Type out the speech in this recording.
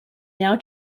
now